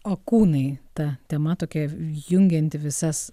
o kūnai ta tema tokia jungianti visas